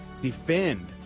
defend